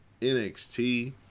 NXT